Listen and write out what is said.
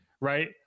right